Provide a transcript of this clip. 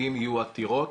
אם יהיו עתירות